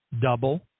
double